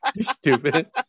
Stupid